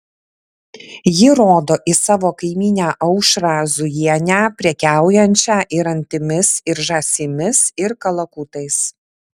ji rodo į savo kaimynę aušrą zujienę prekiaujančią ir antimis ir žąsimis ir kalakutais